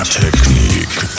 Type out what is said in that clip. technique